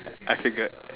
I figured